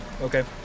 Okay